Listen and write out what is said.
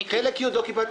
לא, לא.